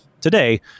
Today